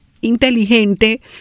inteligente